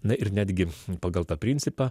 na ir netgi pagal tą principą